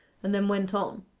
and then went on,